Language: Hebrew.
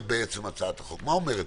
אומרת הצעת החוק הזאת?